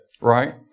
Right